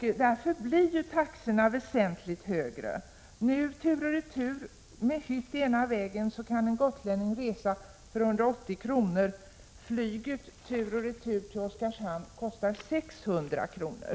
Därför blir taxorna väsentligt högre. Tur och retur med hytt ena vägen kan en gotlänning resa för 180 kr. — flyget tur och retur till Oskarshamn kostar 600 kr.